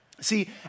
See